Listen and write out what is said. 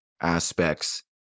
aspects